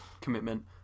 commitment